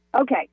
Okay